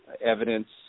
evidence